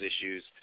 issues